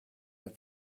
have